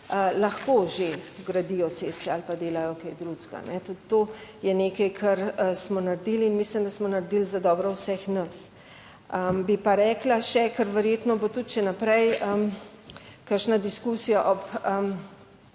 lahko že gradijo ceste ali pa delajo kaj drugega. Tudi to je nekaj, kar smo naredili in mislim, da smo naredili za dobro vseh nas. Bi pa rekla še, ker verjetno bo tudi še naprej. Kakšna diskusija ob